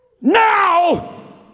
Now